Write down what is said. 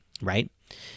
right